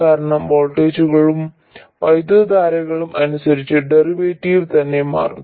കാരണം വോൾട്ടേജുകളും വൈദ്യുതധാരകളും അനുസരിച്ച് ഡെറിവേറ്റീവ് തന്നെ മാറുന്നു